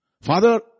Father